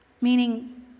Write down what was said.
meaning